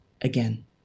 again